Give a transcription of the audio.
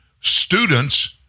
students